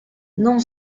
non